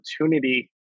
opportunity